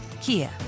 Kia